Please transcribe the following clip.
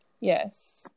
Yes